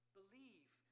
believe